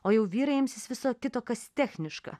o jau vyrai imsis viso kito kas techniška